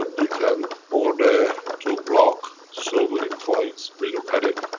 ah you can order to block, so many coins, we look at it.